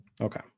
Okay